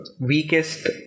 weakest